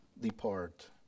depart